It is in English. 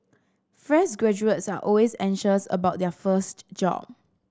fresh graduates are always anxious about their first job